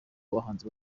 abahanzi